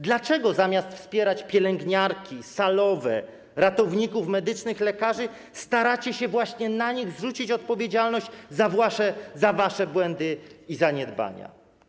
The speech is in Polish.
Dlaczego, zamiast wspierać pielęgniarki, salowe, ratowników medycznych, lekarzy staracie się właśnie na nich zrzucić odpowiedzialność za wasze błędy i zaniedbania?